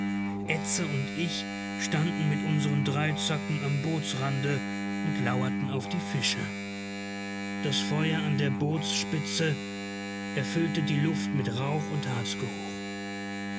edse und ich standen mit unseren dreizacken am bootsrande und lauerten auf die fische das feuer auf dem rost an der bootsspitze erfüllte die luft mit rauch und